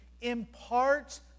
imparts